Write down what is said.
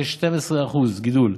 כ-12% גידול,